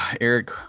Eric